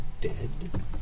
Dead